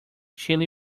chili